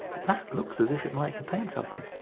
that looks as if it might contain something.